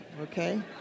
okay